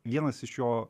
vienas iš jo